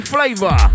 Flavor